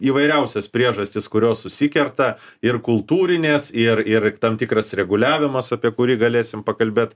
įvairiausias priežastis kurios susikerta ir kultūrinės ir ir tam tikras reguliavimas apie kurį galėsim pakalbėt